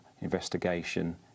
investigation